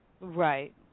Right